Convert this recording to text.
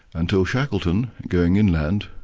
until shackleton, going inland,